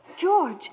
George